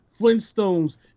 Flintstones